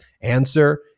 Answer